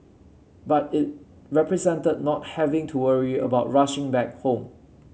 but it represented not having to worry about rushing back home